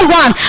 one